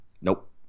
Nope